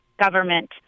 government